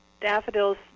daffodils